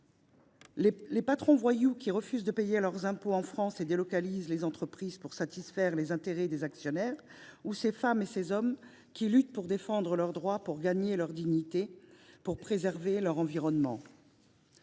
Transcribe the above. Les patrons voyous, qui refusent de payer leurs impôts en France et délocalisent les entreprises pour satisfaire les intérêts des actionnaires ? Ou ces femmes et ces hommes, qui luttent pour défendre leurs droits, pour garder leur dignité ou pour préserver leur environnement